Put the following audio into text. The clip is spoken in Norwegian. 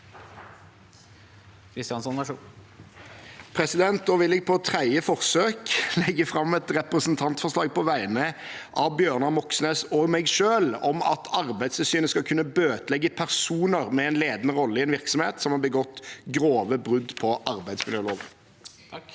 Kristjánsson (R) Jeg vil, på tredje forsøk, legge fram et representantforslag på vegne av Bjørnar Moxnes og meg selv om at Arbeidstilsynet skal kunne bøtelegge personer med en ledende rolle i en virksomhet som har begått grove brudd på arbeidsmiljøloven.